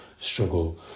struggle